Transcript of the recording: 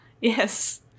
Yes